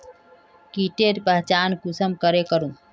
कीटेर पहचान कुंसम करे करूम?